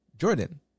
Jordan